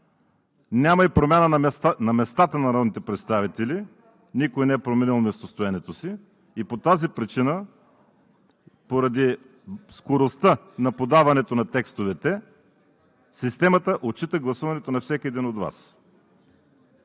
няма и промяна на местата на народните представители – никой не е променил местостоенето си. По тази причина – поради скоростта на подаването на текстовете, системата отчита гласуването на всеки един от Вас.